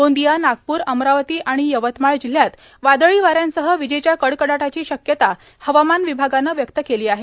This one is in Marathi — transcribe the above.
गोंदिया नागपूर अमरावती आणि यवतमाळ जिल्ह्यात वादळी वाऱ्यांसह विजेच्या कडकडाटाची शक्यता हवामान विमागान व्यक्त केली आहे